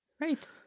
Right